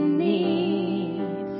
need